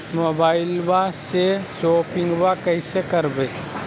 मोबाइलबा से शोपिंग्बा कैसे करबै?